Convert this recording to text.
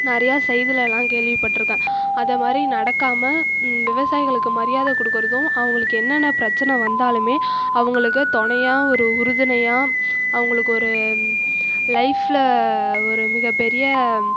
நிறையா செய்திலெலாம் கேள்விப்பட்டிருக்கேன் அது மாதிரி நடக்காமல் விவசாயிகளுக்கு மரியாதை கொடுக்கறதும் அவர்களுக்கு என்னென்ன பிரச்சினை வந்தாலும் அவர்களுக்கு துணையாக ஒரு உறுதுணையாக அவர்களுக்கு ஒரு லைஃப்பில் ஒரு மிகப்பெரிய